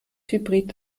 hybrid